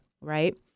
right